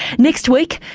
next week,